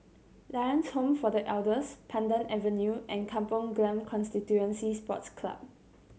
Lions Home for The Elders Pandan Avenue and Kampong Glam Constituency Sports Club